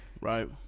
Right